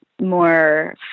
more